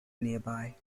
nearby